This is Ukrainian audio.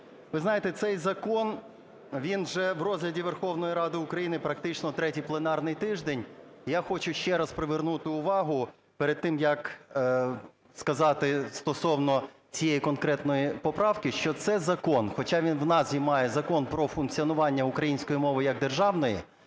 Ви знаєте, цей закон, він же в розгляді Верховної Ради України практично третій пленарний тиждень. І я хочу ще раз привернути увагу перед тим, як сказати стосовно цієї конкретної поправки, що це закон, хоча він в назві має "Закон про функціонування української мови як державної",